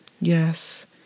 Yes